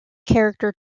character